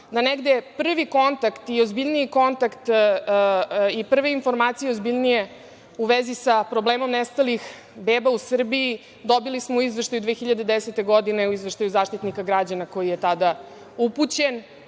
da negde prvi kontakt i ozbiljniji kontakt i prve ozbiljnije informacije u vezi sa problemom nestalih beba u Srbiji dobili smo u Izveštaju 2010. godine, u Izveštaju Zaštitnika građana koji je tada upućen.